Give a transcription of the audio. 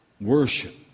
Worship